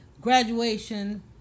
graduation